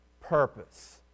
purpose